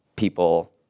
people